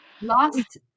last